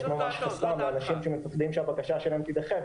אנשים שמבקשים שהבקשה שלהם תידחה,